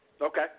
Okay